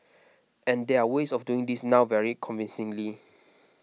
and there are ways of doing this now very convincingly